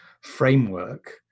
framework